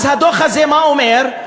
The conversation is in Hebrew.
הדוח הזה אומר: